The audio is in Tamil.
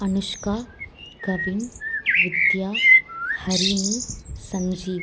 அனுஷ்கா கவின் வித்யா ஹரிணி சஞ்சீவ்